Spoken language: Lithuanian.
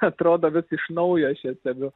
atrodo vis iš naujo aš jas stebiu